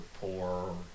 poor